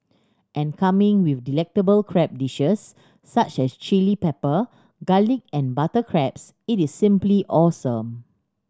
and coming with delectable crab dishes such as chilli pepper garlic and butter crabs it is simply awesome